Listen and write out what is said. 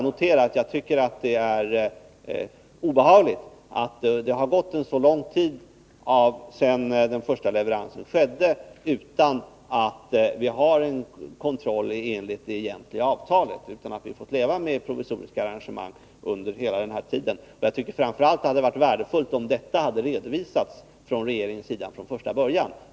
Men det är obehagligt att det har gått så lång tid sedan den första leveransen skedde utan att vi har en kontroll enligt det egentliga avtalet och att vi har fått leva med provisoriska arrangemang under hela den här tiden. Jag tycker framför allt att det hade varit värdefullt om detta från regeringens sida hade redovisats från första början.